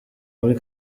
muri